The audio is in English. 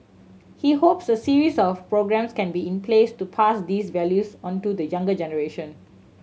he hopes a series of programmes can be in place to pass these values on to the younger generation